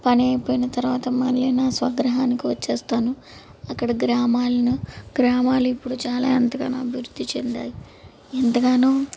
పని అయిపోయిన తరవాత మళ్ళీ నా స్వగ్రాహానికి వచ్చేస్తాను అక్కడ గ్రామాలను గ్రామాలు ఇప్పుడు చాలా ఎంతగానో అభివృద్ధి చెందాయి ఎంతగానో